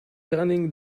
running